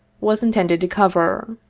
was intended to cover.